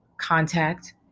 contact